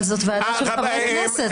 אבל זו ועדה של חברי הכנסת,